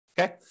Okay